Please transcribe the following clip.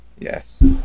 Yes